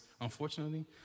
unfortunately